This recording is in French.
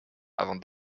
avant